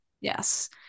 Yes